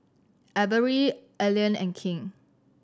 Averie Ailene and King